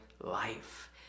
life